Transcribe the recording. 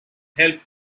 helped